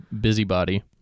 busybody